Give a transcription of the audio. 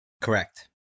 Correct